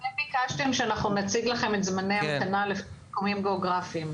אתם ביקשתם שאנחנו נציג לכם את זמני ההמתנה לפי מיקומים גיאוגרפיים.